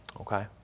Okay